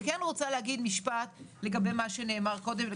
אני כן רוצה להגיד משפט לגבי מה שנאמר קודם.